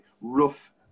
rough